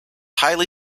highly